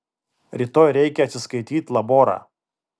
rytoj reikia atsiskaityt laborą